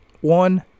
one